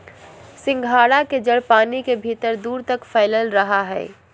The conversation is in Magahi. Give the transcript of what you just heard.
सिंघाड़ा के जड़ पानी के भीतर दूर तक फैलल रहा हइ